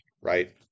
right